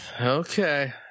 Okay